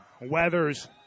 Weathers